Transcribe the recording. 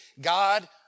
God